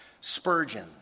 Spurgeon